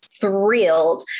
thrilled